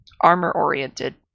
armor-oriented